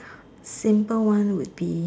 simple one would be